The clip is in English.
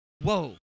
whoa